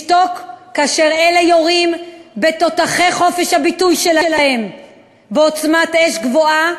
לשתוק כאשר אלה יורים בתותחי חופש הביטוי שלהם בעוצמת אש גבוהה,